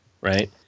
right